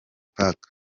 park